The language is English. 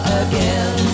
again